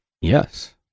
Yes